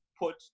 put